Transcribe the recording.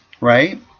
right